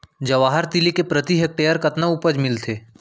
जवाहर तिलि के प्रति हेक्टेयर कतना उपज मिलथे?